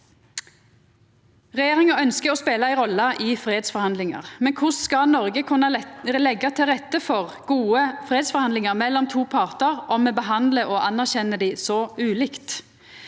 Regjeringa ønskjer å spela ei rolle i fredsforhandlingar, men korleis skal Noreg kunna leggja til rette for gode fredsforhandlingar mellom to partar om me behandlar og anerkjenner dei så ulikt?